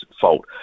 fault